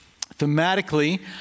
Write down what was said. thematically